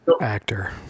actor